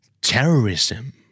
terrorism